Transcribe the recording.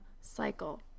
cycle